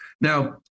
Now